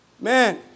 man